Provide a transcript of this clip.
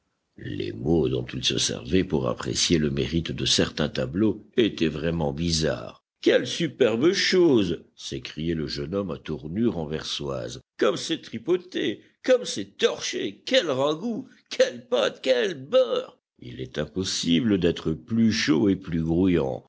les mots dont ils se servaient pour apprécier le mérite de certains tableaux étaient vraiment bizarres quelle superbe chose s'écriait le jeune homme à tournure anversoise comme c'est tripoté comme c'est torché quel ragoût quelle pâte quel beurre il est impossible d'être plus chaud et plus